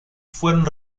fueron